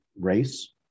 race